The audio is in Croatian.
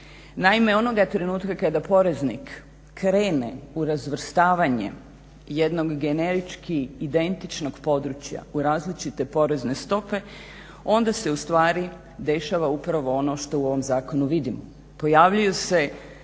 Naime, onoga trenutka kada poreznik krene u razvrstavanje jednog generički identičnog područja u različite porezne stope onda se ustvari dešava upravo ono što u ovom zakonu vidimo.